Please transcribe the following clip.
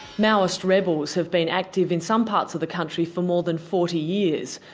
maoist rebels have been active in some parts of the country for more than forty years,